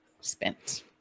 spent